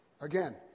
Again